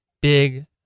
Big